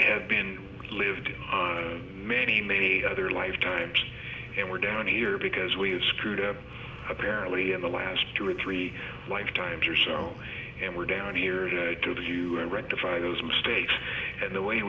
have been lived in many many other lifetimes and we're down here because we have screwed up apparently in the last two or three lifetimes or so and we're down here to you and rectify those mistakes and the way